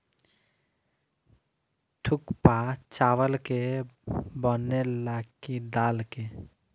थुक्पा चावल के बनेला की दाल के?